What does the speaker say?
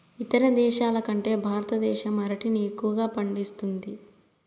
ఇతర దేశాల కంటే భారతదేశం అరటిని ఎక్కువగా పండిస్తుంది